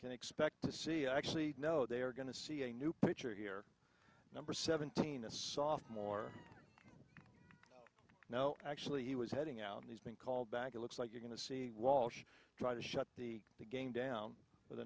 can expect to see actually know they are going to see a new picture here number seventeen a soft more now actually he was heading out and he's been called back it looks like you're going to see walsh try to shut the game down with